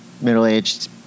middle-aged